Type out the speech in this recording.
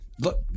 look